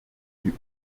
die